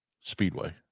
Speedway